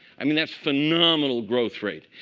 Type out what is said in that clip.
i mean, that's phenomenal growth rate.